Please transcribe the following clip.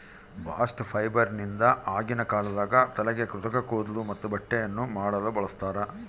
bast ಫೈಬರ್ನಿಂದ ಆಗಿನ ಕಾಲದಾಗ ತಲೆಗೆ ಕೃತಕ ಕೂದ್ಲು ಮತ್ತೆ ಬಟ್ಟೆಯನ್ನ ಮಾಡಲು ಬಳಸ್ತಾರ